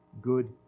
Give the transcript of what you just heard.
good